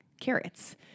carrots